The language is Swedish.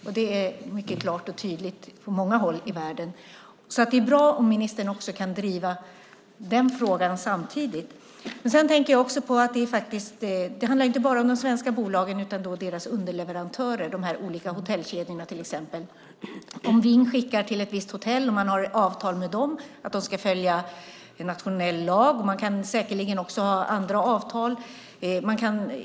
Det är mycket tydligt på många håll i världen. Det är alltså bra om ministern kan driva den frågan samtidigt. Det handlar inte bara om de svenska bolagen utan även om deras underleverantörer, till exempel de olika hotellkedjorna. Om Ving skickar resenärer till ett visst hotell kan de ha avtal med hotellet om att de ska följa nationell lag; man kan säkerligen också ha andra avtal.